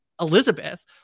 Elizabeth